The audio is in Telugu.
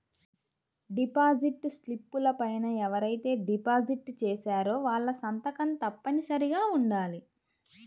డిపాజిట్ స్లిపుల పైన ఎవరైతే డిపాజిట్ చేశారో వాళ్ళ సంతకం తప్పనిసరిగా ఉండాలి